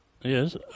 Yes